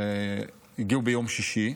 הגיעו ביום שישי.